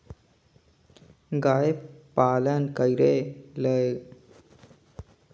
गाय पालन करइया ल गोल्लर ल रेंगाय के देखना चाही प्रजनन वाला सांड ल बने किसम के चारा, दाना खिलाना चाही